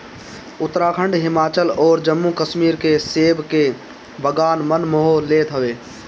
उत्तराखंड, हिमाचल अउरी जम्मू कश्मीर के सेब के बगान मन मोह लेत हवे